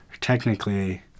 technically